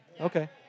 Okay